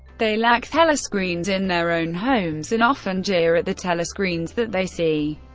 they lack telescreens in their own homes and often jeer at the telescreens that they see.